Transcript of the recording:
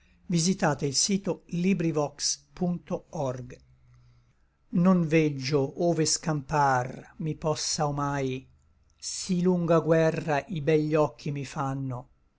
degli occhi suoi non veggio ove scampar mi possa omai sí lunga guerra i begli occhi mi fanno